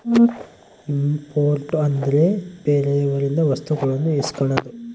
import ಅಂದ್ರೆ ಬೇರೆಯವರಿಂದ ವಸ್ತುಗಳನ್ನು ಇಸ್ಕನದು